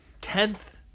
Tenth